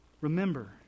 Remember